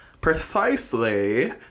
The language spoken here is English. precisely